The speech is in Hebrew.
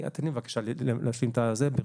תן לי בבקשה להשלים את דבריי.